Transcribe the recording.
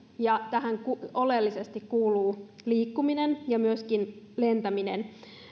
oleellisesti kuuluu liikkuminen ja myöskin lentäminen